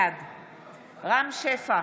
בעד רם שפע,